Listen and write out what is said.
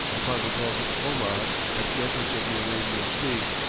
upon the gulf of oman, at the entrance of the arabian sea.